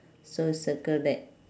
so circle that